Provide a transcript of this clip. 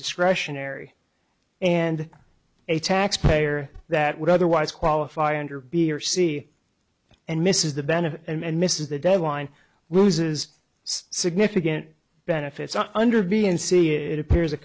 discretionary and a taxpayer that would otherwise qualify under b or c and misses the benefit and misses the deadline loses significant benefits under b and c it appears